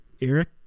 Eric